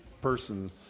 person